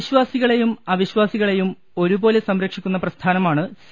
വിശ്വാസികളെയും അവിശ്വാസികളെയും ഒരുപോലെ സംരക്ഷിക്കുന്ന പ്രസ്ഥാനമാണ് സി